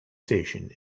station